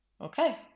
okay